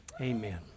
Amen